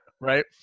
right